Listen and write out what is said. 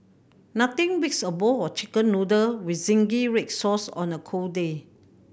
nothing beats a bowl of Chicken Noodle with zingy red sauce on a cold day